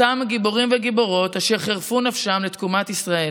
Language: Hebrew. אותם גיבורים וגיבורות אשר חירפו נפשם לתקומת ישראל.